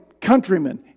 countrymen